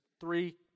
three